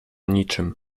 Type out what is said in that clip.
niczym